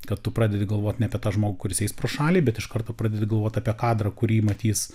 kad tu pradedi galvot ne apie tą žmogų kuris eis pro šalį bet iš karto pradedi galvot apie kadrą kurį matys